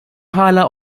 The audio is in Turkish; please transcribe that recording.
hala